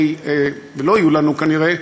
ולא יהיו לנו כנראה,